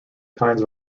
kinds